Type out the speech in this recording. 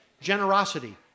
generosity